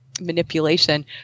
manipulation